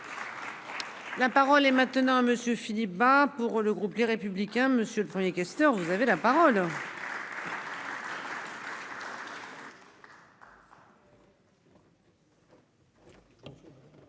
La parole est maintenant à monsieur Philippe Bas pour le groupe Les Républicains monsieur le 1er questeur, vous avez la parole.